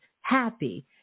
happy